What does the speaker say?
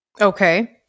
Okay